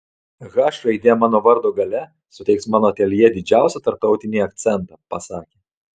h raidė mano vardo gale suteiks mano ateljė didžiausią tarptautinį akcentą pasakė